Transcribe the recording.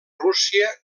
rússia